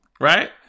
Right